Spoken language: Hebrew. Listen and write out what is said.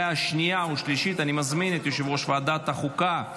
אושרה בקריאה ראשונה ותעבור לדיון בוועדת החוקה,